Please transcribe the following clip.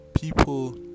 people